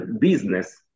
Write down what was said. business